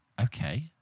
Okay